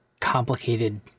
complicated